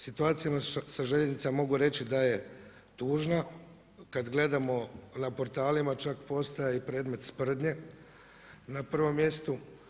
Situacija sa željeznicama mogu reći da je tužna, kad gledamo na portalima, čak postaje i predmet sprdnje, na prvom mjestu.